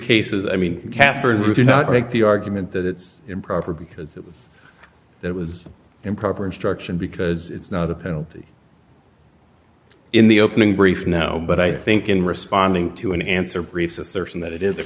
cases i mean catherine who did not make the argument that it's improper because that was improper instruction because it's not a penalty in the opening brief now but i think in responding to an answer briefs assertion that it is